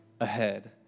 ahead